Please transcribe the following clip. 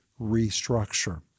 restructure